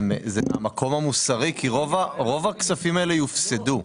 זה מהמקום המוסרי כי רוב הכספים האלה יופסדו,